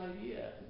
idea